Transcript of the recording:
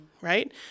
right